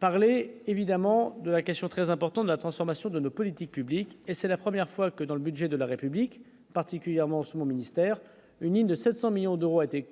parler évidemment de la question très important de la transformation de nos politiques publiques et c'est la première fois que dans le budget de la république particulièrement ministère unique de 700 millions d'euros a été,